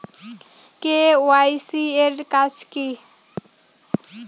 KYC এর কাজ কি?